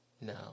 no